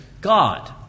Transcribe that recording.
God